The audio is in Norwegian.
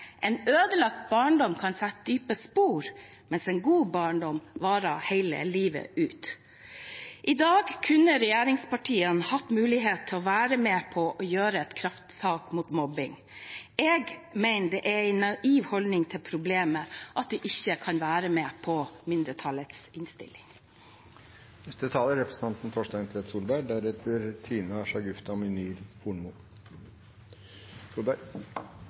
En ødelagt barndom kan sette dype spor. En god barndom varer hele livet.» I dag kunne regjeringspartiene hatt mulighet til å være med på å ta et krafttak mot mobbing. Jeg mener det er en naiv holdning til problemet at de ikke vil være med på mindretallets